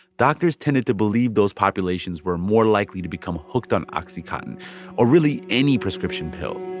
doctors tended to believe those populations were more likely to become hooked on oxycontin or, really, any prescription pill,